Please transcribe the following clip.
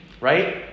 right